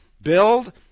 build